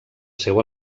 seu